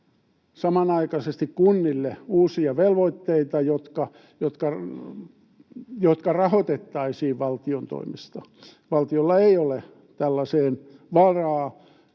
samanaikaisesti kunnille uusia velvoitteita, jotka rahoitettaisiin valtion toimesta. Valtiolla ei ole tällaiseen varaa,